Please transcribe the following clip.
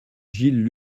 gilles